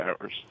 hours